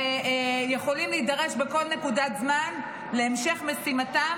ויכולים להידרש בכל נקודת זמן להמשך משימתם